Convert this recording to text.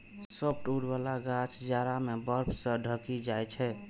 softwood बला गाछ जाड़ा मे बर्फ सं ढकि जाइ छै